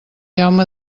jaume